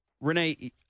Renee